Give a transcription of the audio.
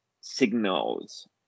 signals